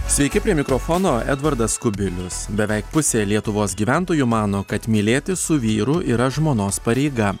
sveiki prie mikrofono edvardas kubilius beveik pusė lietuvos gyventojų mano kad mylėtis su vyru yra žmonos pareiga